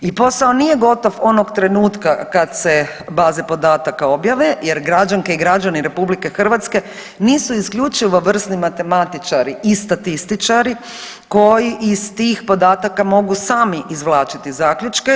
I posao nije gotov onog trenutka kad se baze podataka objave, jer građanke i građani Republike Hrvatske nisu isključivo vrsni matematičari i statističari koji iz tih podataka mogu sami izvlačiti zaključke.